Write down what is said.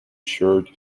shared